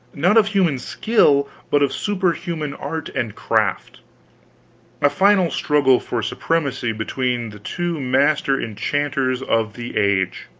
not of human skill but of superhuman art and craft a final struggle for supremacy between the two master enchanters of the age.